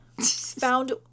found